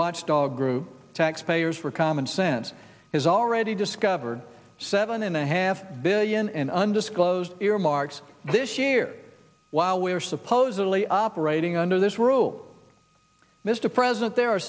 watchdog group taxpayers for common sense has already discovered seven and a half billion and an disclose earmarks this year while we're supposedly operating under this rule mr president there are